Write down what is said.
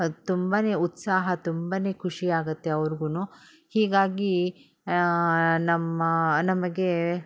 ತುಂಬ ಉತ್ಸಾಹ ತುಂಬ ಖುಷಿ ಆಗುತ್ತೆ ಅವ್ರಿಗು ಹೀಗಾಗಿ ನಮ್ಮ ನಮಗೆ